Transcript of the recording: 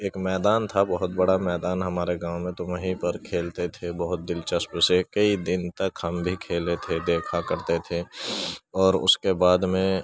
ایک میدان تھا بہت بڑا میدان ہمارے گاؤں میں تو وہیں پر کھیلتے تھے بہت دلچسپی سے کئی دن تک ہم بھی کھیلے تھے دیکھا کرتے تھے اور اس کے بعد میں